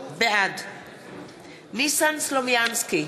בעד ניסן סלומינסקי,